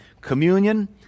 Communion